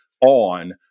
on